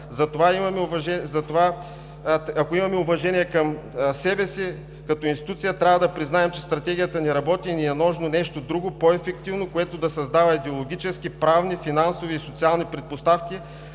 Затова, ако имаме уважение към себе си като институция, трябва да признаем, че стратегията не работи и ни е нужно нещо друго, по-ефективно, което да създава идеологически, правни, финансови и социални предпоставки